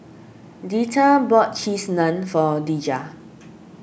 Deetta bought Cheese Naan for Dejah